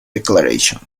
declaration